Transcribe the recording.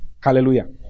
Hallelujah